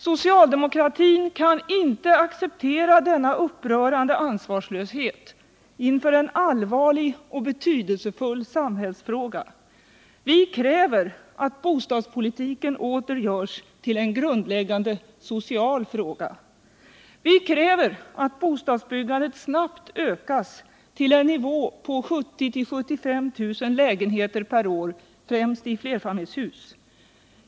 Socialdemokraterna kan inte acceptera denna upprörande ansvarslöshet inför en allvarlig och betydelsefull samhällsfråga. Vi kräver att bostadspolitiken åter görs till en grundläggande social fråga. Vi kräver att bostadsbyggandet snabbt ökar till 70 000 — 75 000 lägenheter per år, främst i flerfamiljshus.